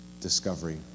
discovery